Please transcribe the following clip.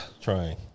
Trying